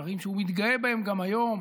קשרים שהוא מתגאה בהם גם היום,